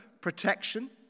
protection